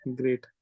great